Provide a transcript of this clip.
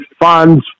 funds